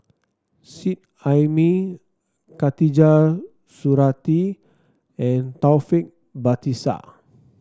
Seet Ai Mee Khatijah Surattee and Taufik Batisah